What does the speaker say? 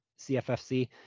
CFFC